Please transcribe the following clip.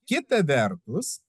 kita vertus